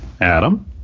Adam